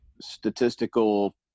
statistical